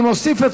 אני מוסיף את